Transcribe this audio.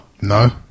no